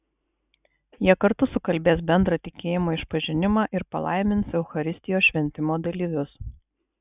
jie kartu sukalbės bendrą tikėjimo išpažinimą ir palaimins eucharistijos šventimo dalyvius